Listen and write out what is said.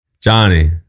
Johnny